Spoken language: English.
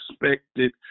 expected